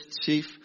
chief